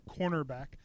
cornerback